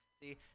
See